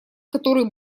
который